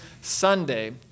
Sunday